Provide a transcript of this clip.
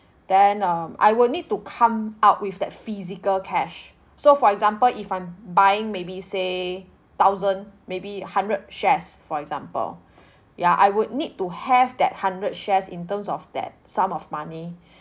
then um I would need to come out with that physical cash so for example if I'm buying maybe say thousand maybe hundred shares for example ya I would need to have that hundred shares in terms of that sum of money